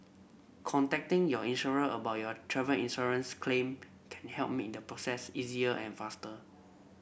contacting your insurer about your travel insurance claim can help make the process easier and faster